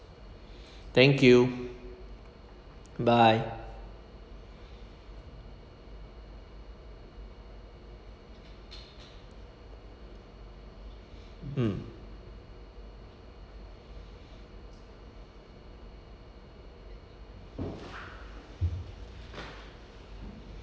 thank you bye mm